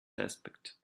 aspect